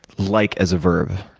like as a verb?